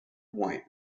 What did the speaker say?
white